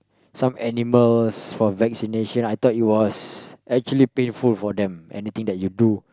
some animals for vaccination I thought it was actually painful for them anything that you do